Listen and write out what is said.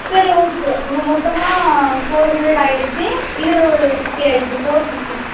சரி ஓகே அப்போ மொத்தமாக ஃபோர் ஹண்ட்ரட் ஆயிடுச்சு இதில் ஒரு ஃபிஃப்டி ஆயிடுச்சு ஃபோர் ஃபிஃப்டி